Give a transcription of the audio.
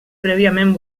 prèviament